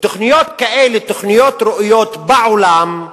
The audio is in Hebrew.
ותוכניות כאלה, תוכניות ראויות בעולם,